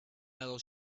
metal